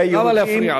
תאר לעצמך,